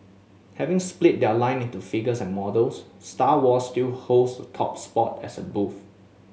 having split their line into figures and models Star Wars still holds top spot as a booth